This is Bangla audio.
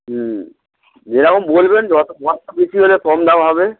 হুম যেরকম বলবেন যত বস্তা বেশি হলে কম দাম হবে